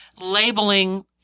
labeling